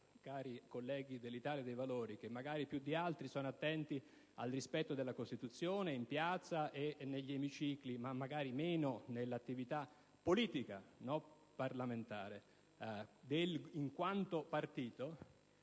Cari colleghi dell'Italia dei Valori (che più di altri sono attenti al rispetto della Costituzione in piazza e negli emicicli, ma magari meno nell'attività politica parlamentare, in quanto partito),